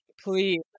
Please